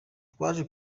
twaje